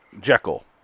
Jekyll